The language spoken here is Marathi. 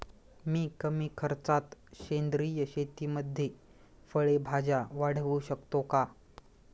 मी कमी खर्चात सेंद्रिय शेतीमध्ये फळे भाज्या वाढवू शकतो का?